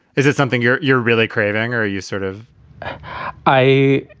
is it something you're you're really craving or are you sort of i